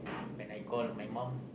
when I call my mom